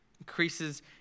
increases